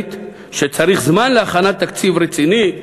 עיקרית שצריך זמן להכנת תקציב רציני,